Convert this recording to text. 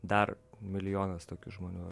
dar milijonas tokių žmonių